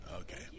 Okay